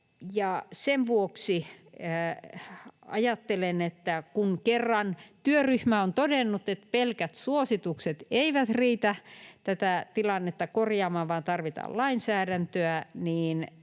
sen vuoksi ajattelen, että kun kerran työryhmä on todennut, että pelkät suositukset eivät riitä tätä tilannetta korjaamaan vaan tarvitaan lainsäädäntöä, niin